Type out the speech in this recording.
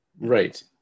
Right